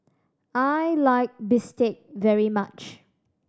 I like bistake very much